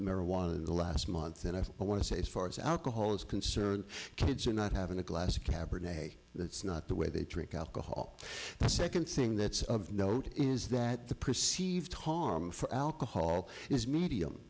marijuana in the last month and i want to say as far as alcohol is concerned kids are not having a glass of cabernet that's not the way they drink alcohol the second thing that's of note is that the perceived harm for alcohol is medium